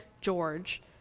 George